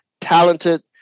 talented